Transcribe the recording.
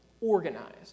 organized